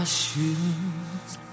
shoes